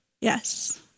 Yes